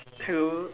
hello